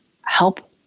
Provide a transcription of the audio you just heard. help